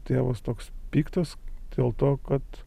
tėvas toks piktas dėl to kad